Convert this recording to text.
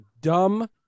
dumb